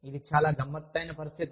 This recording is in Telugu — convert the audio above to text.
అది చాలా గమ్మత్తైన పరిస్థితి